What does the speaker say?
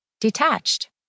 detached